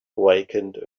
awakened